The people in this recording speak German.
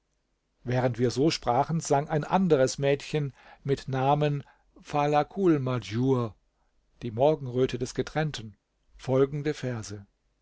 während wir so sprachen sang ein anderes mädchen mit namen falakulmahdjur die morgenröte des getrennten folgende verse